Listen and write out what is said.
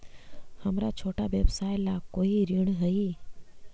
हमर छोटा व्यवसाय ला कोई ऋण हई?